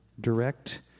direct